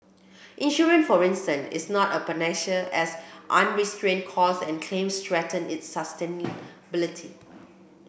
insurance for instance is not a panacea as unrestrained costs and claims threaten its sustainability